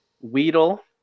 weedle